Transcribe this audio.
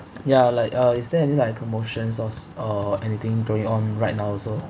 ya like uh is there any like promotions or or anything going on right now also